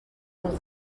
molt